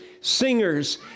singers